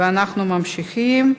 אנחנו ממשיכים.